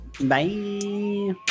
Bye